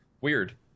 Weird